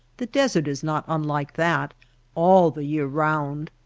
the desert is not unlike that all the year round.